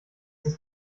ist